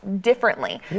differently